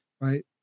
Right